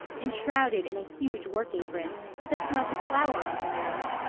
enshrouded in a huge work-apron, with a smudge of flour on her nose,